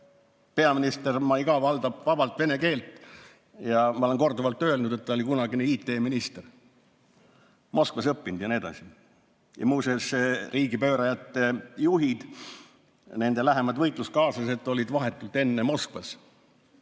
peaminister Maïga valdab vabalt vene keelt ja ma olen korduvalt öelnud, et ta oli kunagine IT-minister, Moskvas õppinud ja nii edasi. Muuseas, riigipöörajate juhid, nende lähimad võitluskaaslased olid vahetult enne Moskvas